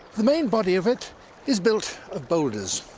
the main body of it is built of boulders.